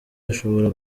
bashobora